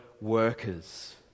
workers